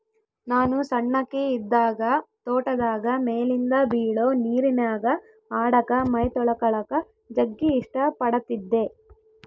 ನಾನು ಸಣ್ಣಕಿ ಇದ್ದಾಗ ತೋಟದಾಗ ಮೇಲಿಂದ ಬೀಳೊ ನೀರಿನ್ಯಾಗ ಆಡಕ, ಮೈತೊಳಕಳಕ ಜಗ್ಗಿ ಇಷ್ಟ ಪಡತ್ತಿದ್ದೆ